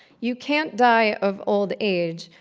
you can't die of old age,